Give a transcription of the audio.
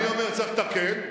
אני אומר: צריך לתקן.